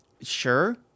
sure